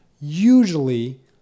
usually